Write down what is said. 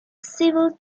civil